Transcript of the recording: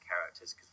characters